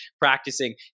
practicing